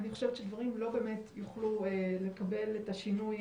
דברים לא באמת יוכלו לקבל את השינוי